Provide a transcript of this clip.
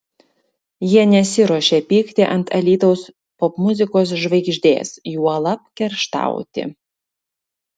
jie nesiruošia pykti ant alytaus popmuzikos žvaigždės juolab kerštauti